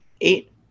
eight